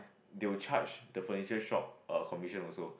they will charge the furniture shop a commission also